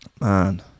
man